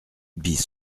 bis